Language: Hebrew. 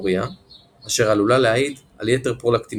גלקטוריאה אשר עלולה להעיד על יתר פרולקטין